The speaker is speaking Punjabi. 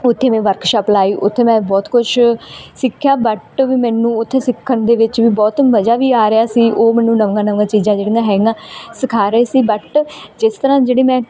ਉੱਥੇ ਮੈਂ ਵਰਕਸ਼ਾਪ ਲਾਈ ਉੱਥੇ ਮੈਂ ਬਹੁਤ ਕੁਛ ਸਿੱਖਿਆ ਬੱਟ ਵੀ ਮੈਨੂੰ ਉੱਥੇ ਸਿੱਖਣ ਦੇ ਵਿੱਚ ਵੀ ਬਹੁਤ ਮਜਾ ਵੀ ਆ ਰਿਹਾ ਸੀ ਉਹ ਮੈਨੂੰ ਨਵੀਆਂ ਨਵੀਆਂ ਚੀਜ਼ਾਂ ਜਿਹੜੀਆਂ ਹੈਗੀਆਂ ਸਿਖਾ ਰਹੇ ਸੀ ਬੱਟ ਜਿਸ ਤਰ੍ਹਾਂ ਜਿਹੜੀ ਮੈਂ